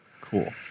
Cool